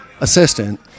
assistant